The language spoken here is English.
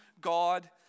God